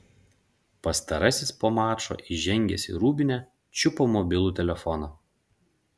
pastarasis po mačo įžengęs į rūbinę čiupo mobilų telefoną